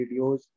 videos